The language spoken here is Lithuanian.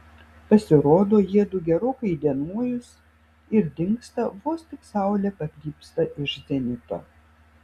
pasirodo jiedu gerokai įdienojus ir dingsta vos tik saulė pakrypsta iš zenito